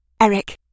Eric